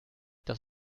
das